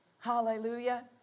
Hallelujah